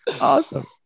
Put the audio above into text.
Awesome